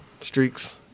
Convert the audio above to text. streaks